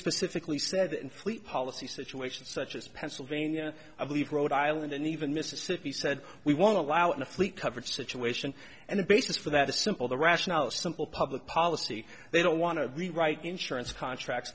specifically said in fleet policy situations such as pennsylvania i believe rhode island and even mississippi said we won't allow an athlete covered situation and the basis for that a simple the rationale is simple public policy they don't want to rewrite insurance contracts